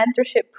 mentorship